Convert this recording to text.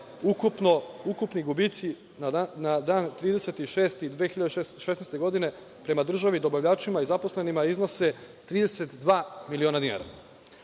ukupni gubici na dan 30. jun 2016. godine prema državi, dobavljačima i zaposlenima iznose 32 miliona dinara.